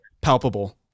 palpable